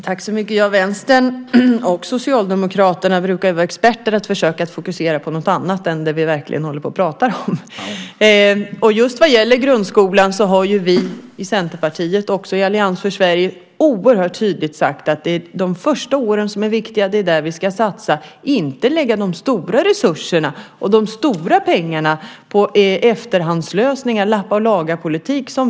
Herr talman! Vänstern och Socialdemokraterna brukar vara experter på att försöka fokusera på något annat än det vi verkligen pratar om. Vad gäller grundskolan har vi i Centerpartiet och Allians för Sverige oerhört tydligt sagt att det är de första åren som är viktiga och att det är där vi ska satsa. Vi ska inte lägga de stora resurserna och pengarna på efterhandslösningar och en lappa-och-laga-politik.